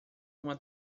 uma